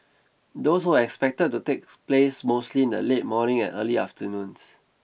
those were expected to take place mostly in the late morning and early afternoons